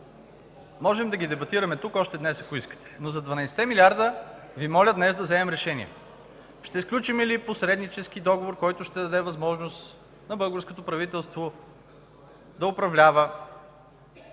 можем да ги дебатираме тук още днес, ако искате. Но за 12-те милиарда Ви моля днес да вземем решение – ще сключим ли посреднически договор, който ще даде възможност на българското правителство да управлява